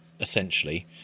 essentially